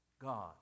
God